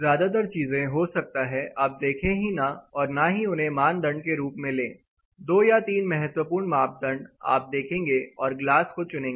ज्यादातर चीजें हो सकता है आप देखे ही ना और ना ही उन्हें मानदंड के रूप में लें दो या तीन महत्वपूर्ण मापदंड आप देखेंगे और ग्लास को चुनेंगे